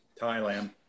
Thailand